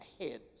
heads